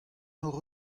hocʼh